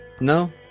No